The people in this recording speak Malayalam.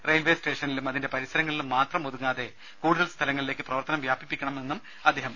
റെയിൽവേ സ്റ്റേഷനിലും അതിന്റെ പരിസരങ്ങളിലും മാത്രം ഒതുങ്ങാതെ കൂടുതൽ സ്ഥലങ്ങളിലേക്ക് പ്രവർത്തനം വ്യാപിപ്പിക്കാൻ റെയിൽവേ തയ്യാറാവണമെന്നും അദ്ദേഹം പറഞ്ഞു